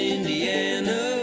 Indiana